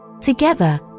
Together